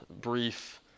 brief